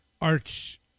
arch